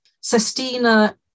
Sestina